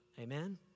Amen